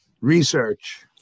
research